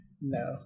No